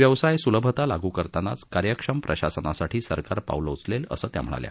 व्यवसाय सुलभता लागू करतानाच कार्यक्षम प्रशासनासाठी सरकार पावलं उचलेल असं त्या म्हणाल्या